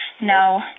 No